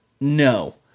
No